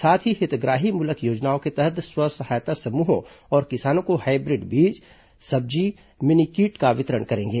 साथ ही हितग्राही मूलक योजनाओं के तहत स्व सहायता समूहों और किसानों को हाईब्रिड सब्जी बीज मिनीकिट का वितरण करेंगे